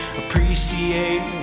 appreciate